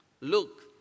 Look